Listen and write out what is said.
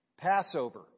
Passover